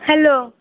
hello